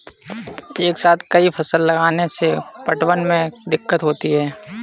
एक साथ कई फसल लगाने से पटवन में दिक्कत होती है